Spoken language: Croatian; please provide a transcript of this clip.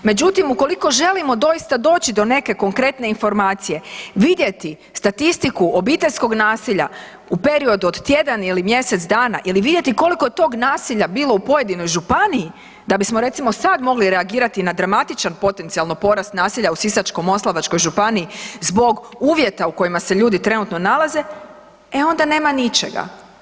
Međutim, ukoliko želimo doista doći do neke konkretne informacije, vidjeti statistiku obiteljskog nasilja, u periodu od tjedan ili mjesec dana ili vidjeti koliko je tog nasilja bilo u pojedinoj županiji, da bismo, recimo, sad mogli reagirati na dramatičan potencijalno porast nasilja u Sisačko-moslavačkoj županiji zbog uvjeta u kojima se ljudi trenutno nalaze, e onda nema ničega.